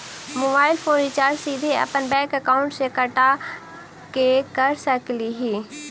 Mobile phone recharge सीधे अपन bank account से कटा के कर सकली ही?